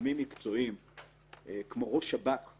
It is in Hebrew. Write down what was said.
לגורמים מקצועיים כמו ראש שב"כ,